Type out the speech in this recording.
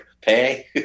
pay